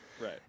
Right